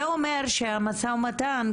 זה אומר שהמשא ומתן,